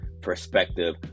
perspective